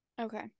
Okay